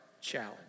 challenge